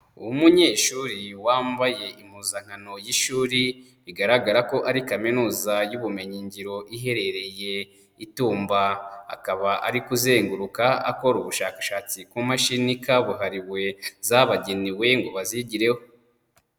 Umunyeshuri wambaye impuzankano y'ishuri bigaragara ko ari kaminuza y'ubumenyi ngiro iherereye i Tumba akaba ari kuzenguruka akora ubushakashatsi kumashini kabuhariwe zabagenewe ngo bazigireho.